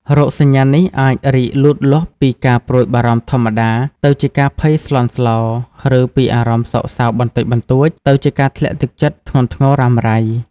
រោគសញ្ញានេះអាចរីកលូតលាស់ពីការព្រួយបារម្ភធម្មតា ទៅជាការភ័យស្លន់ស្លោ ឬពីអារម្មណ៍សោកសៅបន្តិចបន្តួច ទៅជាការធ្លាក់ទឹកចិត្តធ្ងន់ធ្ងររ៉ាំរ៉ៃ។